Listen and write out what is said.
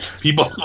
People